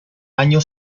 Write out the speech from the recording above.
año